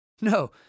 No